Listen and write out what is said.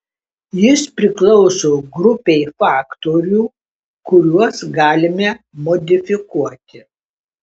jis priklauso grupei faktorių kuriuos galime modifikuoti